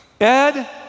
Ed